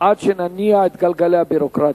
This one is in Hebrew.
עד שנניע את גלגלי הביורוקרטיה.